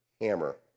hammer